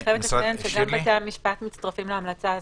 גם בתי המשפט מצטרפים להמלצה הזאת,